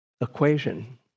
equation